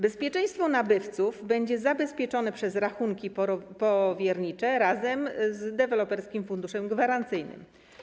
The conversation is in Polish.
Bezpieczeństwo nabywców będzie zapewnione przez rachunki powiernicze razem z Deweloperskim Funduszem Gwarancyjnym.